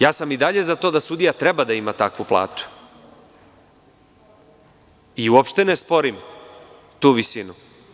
Ja sam i dalje za to da sudija treba da ima takvu platu, i uopšte ne sporim tu visinu.